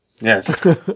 Yes